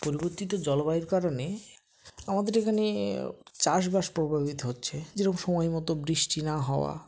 পরিবর্তিত জলবায়ুর কারণে আমাদের এ নে চাষবাস প্রভাবিত হচ্ছে যেরম সময় মতো বৃষ্টি না হওয়া